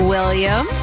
William